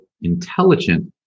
intelligent